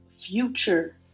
future